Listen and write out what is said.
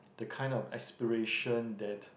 the kind of aspiration that